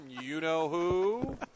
you-know-who